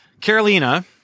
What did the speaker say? Carolina